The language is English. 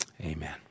Amen